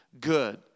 good